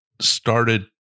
started